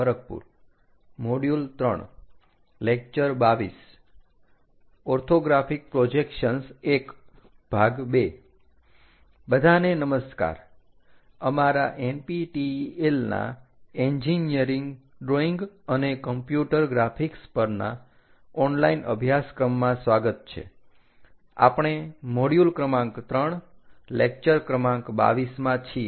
આપણે મોડ્યુલ ક્રમાંક 3 લેક્ચર ક્રમાંક 22 માં છીએ